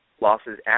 losses